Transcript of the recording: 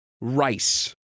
Rice